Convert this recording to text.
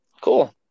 Cool